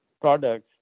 products